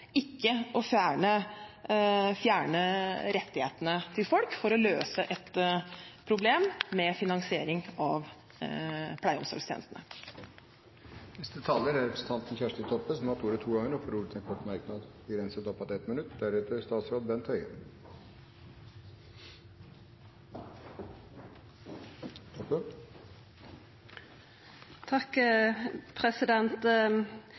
ikke å fjerne rettighetene til folk for å løse et problem med finansiering av pleie- og omsorgstjenestene. Representanten Kjersti Toppe har hatt ordet to ganger tidligere og får ordet til en kort merknad, begrenset til 1 minutt.